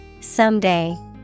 Someday